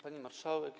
Pani Marszałek!